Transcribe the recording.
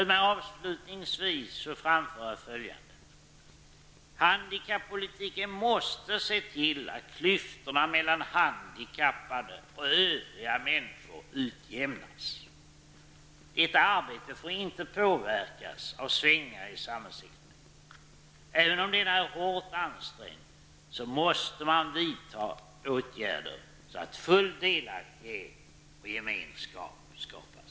Låt mig avslutningsvis få framföra följande. Handikappolitiken måste syfta till att klyftorna mellan handikappade och övriga människor utjämnas. Detta arbete får inte påverkas av svängningar i samhällsekonomin. Även om den är hårt ansträngd måste man vidta åtgärder så att full delaktighet och gemenskap skapas.